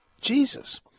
Jesus